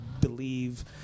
believe